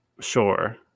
Sure